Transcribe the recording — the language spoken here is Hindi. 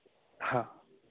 हाँ